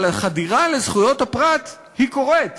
אבל החדירה לזכויות הפרט היא קורית,